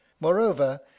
moreover